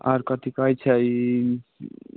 आओर कथी कहै छै ई